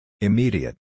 Immediate